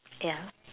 ya